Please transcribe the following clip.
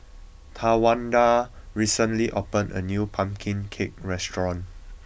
Tawanda recently opened a new Pumpkin Cake restaurant